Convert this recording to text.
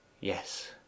Yes